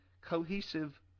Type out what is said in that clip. cohesive